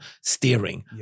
steering